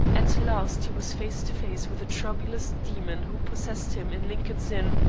at last he was face to face with the troublous demon who possessed him in lincoln's inn,